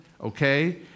okay